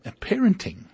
parenting